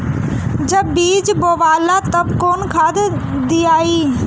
जब बीज बोवाला तब कौन खाद दियाई?